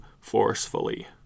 forcefully